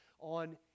on